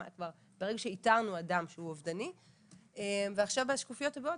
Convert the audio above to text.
ברגע שאיתרנו אדם שהוא אובדני ועכשיו השקופיות הבאות,